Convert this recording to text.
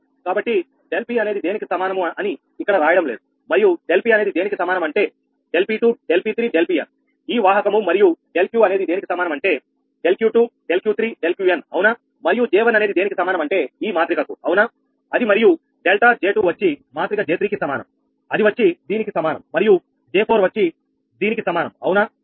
కాబట్టి ∆𝑃 అనేది దేనికి సమానము అని ఇక్కడ రాయడం లేదు మరియు ∆𝑃 అనేది దేనికి సమానం అంటే ∆𝑃2 ∆𝑃3 ∆𝑃n ఈ వాహకము మరియు ∆𝑄 అనేది దేనికి సమానం అంటే ∆𝑄2 ∆𝑄3 ∆𝑄n అవునా మరియు 𝐽1 అనేది దేనికి సమానం అంటే ఈ మాత్రిక కు అవునా అది మరియు డెల్టా 𝐽2 వచ్చి మాత్రిక J3 కి సమానం అది వచ్చి దీనికి సమానం మరియు J4 వచ్చి దీనికి సమానం అవునా